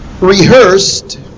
rehearsed